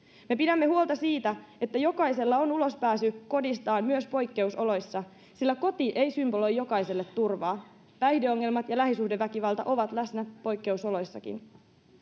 me pidämme huolta siitä että jokaisella on ulospääsy kodistaan myös poikkeusoloissa sillä koti ei symboloi jokaiselle turvaa päihdeongelmat ja lähisuhdeväkivalta ovat läsnä poikkeusoloissakin